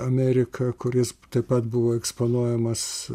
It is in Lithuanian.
ameriką kuris taip pat buvo eksponuojamas